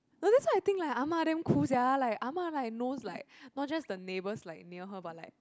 you know that's why I think like Ah-Ma damn cool sia like Ah-Ma like knows like not just the neighbours like near her but like